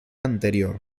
anterior